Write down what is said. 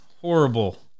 horrible